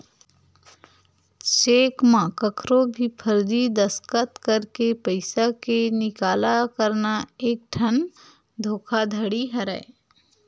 cheque म कखरो भी फरजी दस्कत करके पइसा के निकाला करना एकठन धोखाघड़ी हरय